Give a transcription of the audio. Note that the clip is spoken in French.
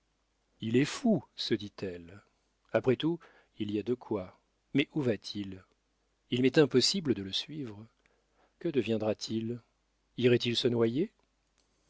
il est fou se dit-elle après tout il y a de quoi mais où va-t-il il m'est impossible de le suivre que deviendra-t-il irait-il se noyer